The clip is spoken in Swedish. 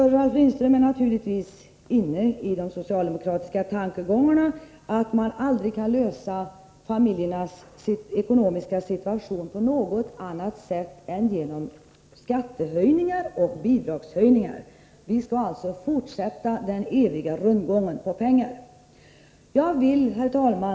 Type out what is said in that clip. Han är naturligtvis inne i de socialdemokratiska tankegångarna, nämligen att man endast kan förbättra familjernas ekonomiska situation genom skattehöjningar och bidragshöjningar. Vi skall alltså fortsätta den eviga rundgången med pengar. Herr talman!